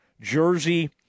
jersey